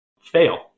fail